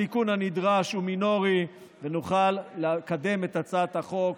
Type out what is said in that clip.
התיקון הנדרש הוא מינורי, ונוכל לקדם את הצעת החוק